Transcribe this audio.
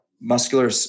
muscular